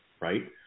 right